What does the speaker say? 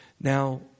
Now